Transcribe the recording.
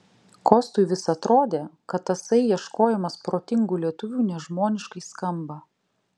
kostui vis atrodė kad tasai ieškojimas protingų lietuvių nežmoniškai skamba